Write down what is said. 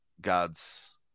God's